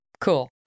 cool